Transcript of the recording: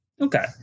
okay